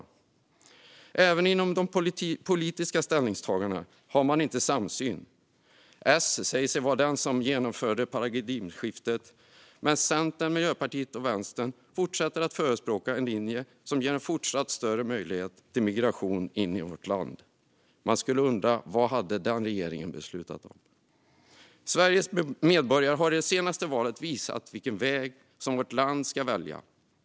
Inte heller inom de politiska ställningstagandena har man samsyn. S säger sig vara de som genomförde paradigmskiftet medan Centern, Miljöpartiet och Vänstern fortsätter att förespråka en linje som ger en fortsatt större möjlighet till migration in i vårt land. Man kan undra vad en sådan regering hade beslutat om. Sveriges medborgare har i det senaste valet visat vilken väg som vårt land ska välja.